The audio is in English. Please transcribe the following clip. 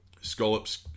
Scallops